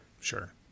Sure